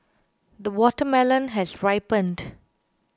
the watermelon has ripened